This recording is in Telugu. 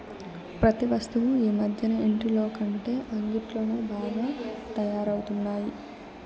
ప్రతి వస్తువు ఈ మధ్యన ఇంటిలోకంటే అంగిట్లోనే బాగా తయారవుతున్నాయి